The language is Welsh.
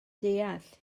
deall